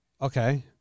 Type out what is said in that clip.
Okay